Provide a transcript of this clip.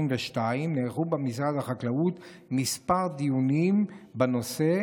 נערכו במשרד החקלאות מספר דיונים בנושא,